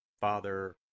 Father